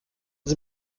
sie